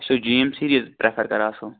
سُہ G M series prefer کران اصل